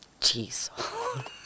Jeez